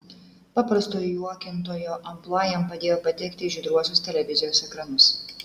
paprasto juokintojo amplua jam padėjo patekti į žydruosius televizijos ekranus